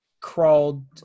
crawled